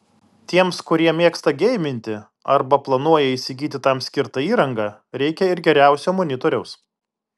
tiems kurie mėgsta geiminti arba planuoja įsigyti tam skirtą įrangą reikia ir geriausio monitoriaus